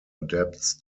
adapts